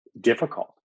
difficult